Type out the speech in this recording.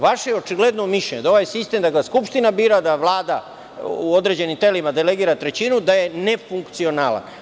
Vaše je očigledno mišljenje da je ovaj sistem, da ga Skupština bira, da Vlada u određenim telima delegira trećinu, da je nefunkcionalan.